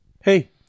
Hey